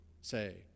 say